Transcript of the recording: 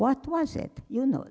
what was it you know